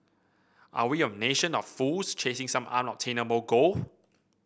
are we a nation of fools chasing some unobtainable goal